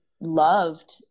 loved